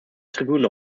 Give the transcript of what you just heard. tribüne